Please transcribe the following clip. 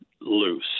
loose